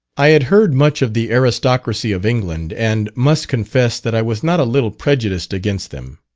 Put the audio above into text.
i had heard much of the aristocracy of england, and must confess that i was not a little prejudiced against them.